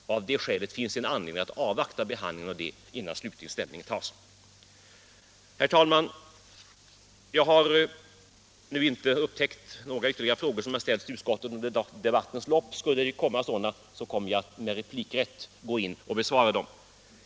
Och av det skälet finns det anledning att avvakta den behandlingen innan slutlig ställning tas. Herr talman! Jag kan nu inte upptäcka några ytterligare frågor som ställts till utskottet under debattens lopp. Skulle det komma några sådana kommer jag att med replikrätt gå in och besvara dem.